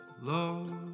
love